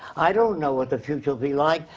i don't know what the future will be like,